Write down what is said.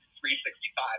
365